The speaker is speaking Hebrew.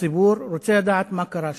הציבור רוצה לדעת מה קרה שם,